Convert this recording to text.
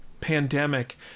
pandemic